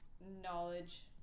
knowledge